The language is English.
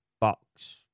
box